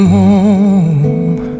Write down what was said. home